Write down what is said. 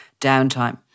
downtime